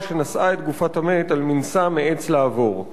שנשאה את גופת המת על מנשא מעץ לעבור.